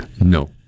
No